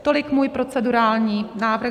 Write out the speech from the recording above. Tolik můj procedurální návrh.